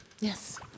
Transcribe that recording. Yes